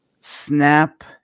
Snap